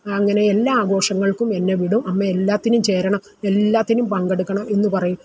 അങ്ങനെ എല്ലാ ആഘോഷങ്ങൾക്കും എന്നെ വിടും അമ്മ എല്ലാത്തിനും ചേരണം എല്ലാത്തിനും പങ്കെടുക്കണം എന്നുപറയും